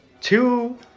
two